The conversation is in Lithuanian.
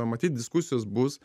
matyt diskusijos bus